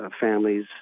families